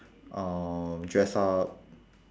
um dress up